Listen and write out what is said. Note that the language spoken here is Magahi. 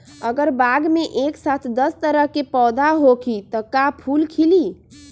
अगर बाग मे एक साथ दस तरह के पौधा होखि त का फुल खिली?